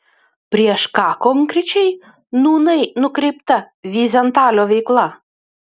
prieš ką konkrečiai nūnai nukreipta vyzentalio veikla